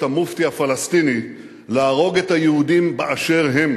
המופתי הפלסטיני להרוג את היהודים באשר הם.